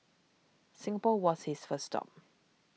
Singapore was his first stop